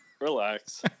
Relax